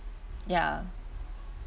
ya